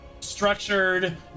Structured